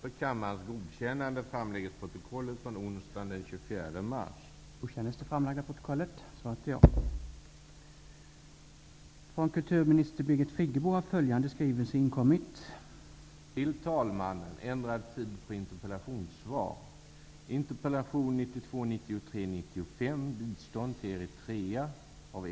Eva Johansson kommer att besvaras den 23 april. Interpellanten och jag har inte kunnat finna en tid för interpellationens besvarande inom den aktuella Vi har därför tillsammans med kammarkansliet träffat en överenskommelse om att jag skall svara på interpellationen den 23 april.